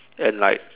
and like